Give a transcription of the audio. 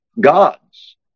gods